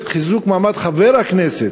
מעמד חבר הכנסת.